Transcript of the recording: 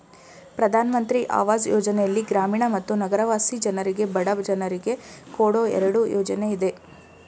ಪ್ರಧಾನ್ ಮಂತ್ರಿ ಅವಾಜ್ ಯೋಜನೆಯಲ್ಲಿ ಗ್ರಾಮೀಣ ಮತ್ತು ನಗರವಾಸಿ ಜನರಿಗೆ ಬಡ ಜನರಿಗೆ ಕೊಡೋ ಎರಡು ಯೋಜನೆ ಇದೆ